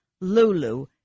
Lulu